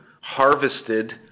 harvested